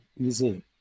easy